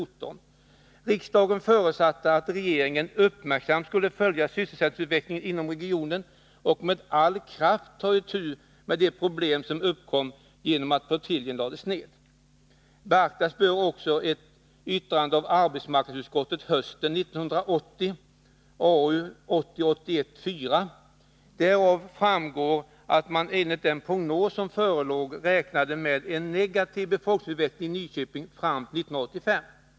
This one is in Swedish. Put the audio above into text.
Riksdagen förutsatte att regeringen uppmärksamt skulle följa sysselsättningsutvecklingen inom regionen och med all kraft ta itu med de problem som uppkom genom att flottiljen lades ned. Beaktas bör också ett yttrande av arbetsmarknadsutskottet hösten 1980 . Därav framgår att man enligt den prognos som förelåg räknade med en negativ befolkningsutveckling i Nyköping fram till år 1985.